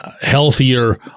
healthier